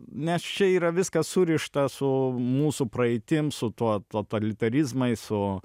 nes čia yra viskas surišta su mūsų praeitim su tuo totalitarizmais su